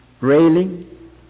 railing